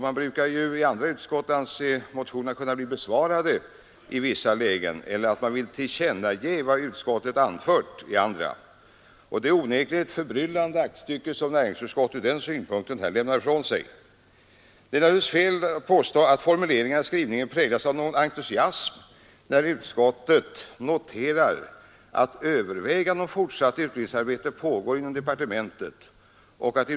Man brukar i vissa utskott anse att motionerna blivit besvarade i och med utskottets skrivning, medan man i andra utskott vill ge Kungl. Maj:t till känna vad utskottet anfört. Det är onekligen ett förbryllande aktstycke som näringsutskottet ur den synpunkten lämnar ifrån sig. Det är naturligtvis fel att påstå att formuleringarna i skrivningen präglas av någon entusiasm när utskottet noterar: ”Överväganden om ett fortsatt utredningsarbete pågår nu inom departementet.